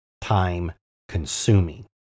time-consuming